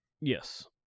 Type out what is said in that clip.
Yes